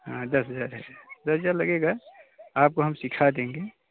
हाँ दस हज़ार है दस हज़ार लगेगा आपको हम सिखा देंगे